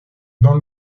dans